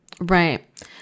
Right